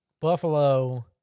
Buffalo